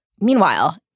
Meanwhile